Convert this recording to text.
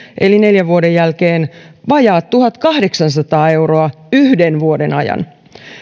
eli neljän vuoden jälkeen vajaat tuhatkahdeksansataa euroa yhden vuoden ajan